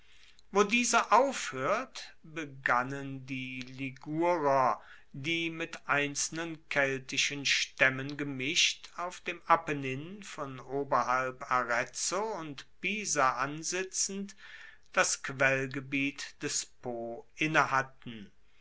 wo diese aufhoert begannen die ligurer die mit einzelnen keltischen staemmen gemischt auf dem apennin von oberhalb arezzo und pisa an sitzend das quellgebiet des po innehatten